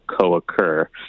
co-occur